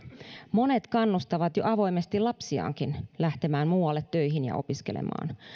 monet kannustavat jo avoimesti lapsiaankin lähtemään muualle töihin ja opiskelemaan